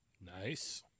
Nice